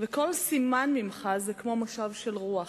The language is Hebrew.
וכל סימן ממך זה כמו משב של רוח,